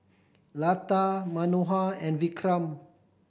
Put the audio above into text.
Lata Manohar and Vikram